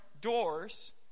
doors